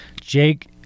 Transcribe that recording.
Jake